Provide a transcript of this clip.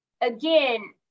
again